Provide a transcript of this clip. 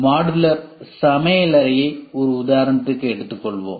modular சமையலறையை ஒரு உதாரணத்திற்கு எடுத்துக்கொள்வோம்